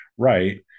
right